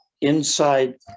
inside